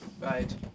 right